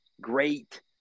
Great